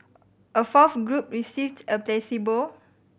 a fourth group received a placebo